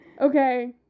Okay